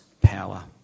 power